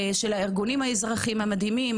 של הארגונים האזרחיים המדהימים,